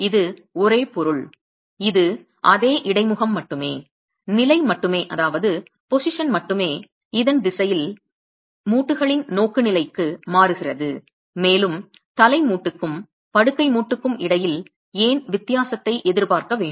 இது ஒரே பொருள் இது அதே இடைமுகம் மட்டுமே நிலை மட்டுமே இதன் திசையின் திசையில் மூட்டுகளின் நோக்குநிலை மாறுகிறது மேலும் தலை மூட்டுக்கும் படுக்கை மூட்டுக்கும் இடையில் ஏன் வித்தியாசத்தை எதிர்பார்க்க வேண்டும்